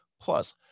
Plus